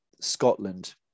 Scotland